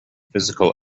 physical